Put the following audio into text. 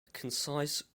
concise